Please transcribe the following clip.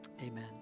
Amen